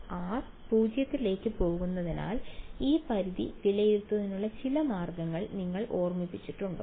r 0 ലേക്ക് പോകുന്നതിനാൽ ഈ പരിധി വിലയിരുത്തുന്നതിനുള്ള ചില മാർഗങ്ങൾ നിങ്ങളെ ഓർമ്മിപ്പിച്ചിട്ടുണ്ടോ